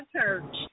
church